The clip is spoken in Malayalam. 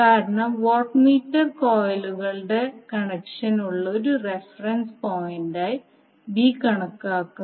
കാരണം വാട്ട് മീറ്റർ കോയിലുകളുടെ കണക്ഷനുള്ള ഒരു റഫറൻസ് പോയിന്റായി ബി കണക്കാക്കുന്നു